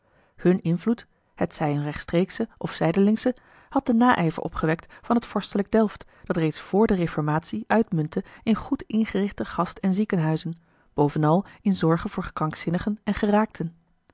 hun invloed hetzij eene rechtstreeksche of zijdelingsche had den naijver opgewekt van het vorstelijk delft dat reeds vr de reformatie uitmuntte in goed ingerichte gast en ziekenhuizen bovenal in zorge voor krankzinnigen en geraakten